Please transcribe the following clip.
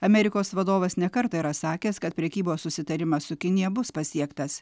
amerikos vadovas ne kartą yra sakęs kad prekybos susitarimas su kinija bus pasiektas